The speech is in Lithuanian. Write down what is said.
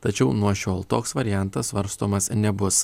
tačiau nuo šiol toks variantas svarstomas nebus